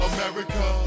America